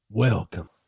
Welcome